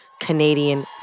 Canadian